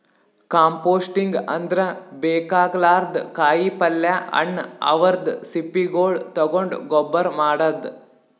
composting ಅಂದ್ರ ಬೇಕಾಗಲಾರ್ದ್ ಕಾಯಿಪಲ್ಯ ಹಣ್ಣ್ ಅವದ್ರ್ ಸಿಪ್ಪಿಗೊಳ್ ತಗೊಂಡ್ ಗೊಬ್ಬರ್ ಮಾಡದ್